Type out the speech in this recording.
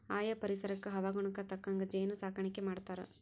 ಆಯಾ ಪರಿಸರಕ್ಕ ಹವಾಗುಣಕ್ಕ ತಕ್ಕಂಗ ಜೇನ ಸಾಕಾಣಿಕಿ ಮಾಡ್ತಾರ